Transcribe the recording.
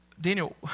Daniel